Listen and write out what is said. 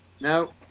No